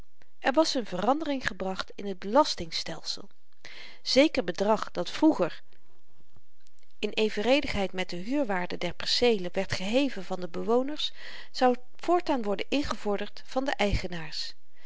er was n verandering gebracht in t belastingstelsel zeker bedrag dat vroeger in evenredigheid met de huurwaarde der perceelen werd geheven van de bewoners zou voortaan worden ingevorderd van de eigenaars